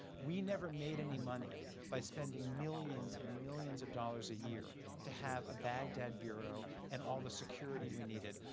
we never made any money by spending millions and millions of dollars a year to have a baghdad bureau and all the security we needed.